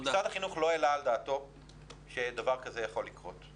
משרד החינוך לא העלה על דעתו שדבר כזה יכול לקרות.